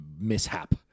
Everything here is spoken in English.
mishap